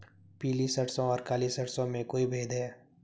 पीली सरसों और काली सरसों में कोई भेद है?